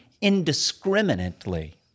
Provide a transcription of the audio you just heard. indiscriminately